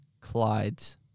Clyde's